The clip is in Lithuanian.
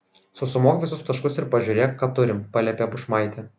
susumuok visus taškus ir pažiūrėk ką turim paliepė bušmaitė